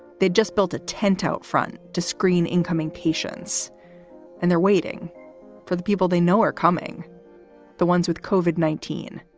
they just built a tent out front to screen incoming patients and they're waiting for the people they know are coming the ones with covered nineteen